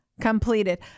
completed